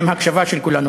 עם הקשבה של כולנו.